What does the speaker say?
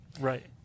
Right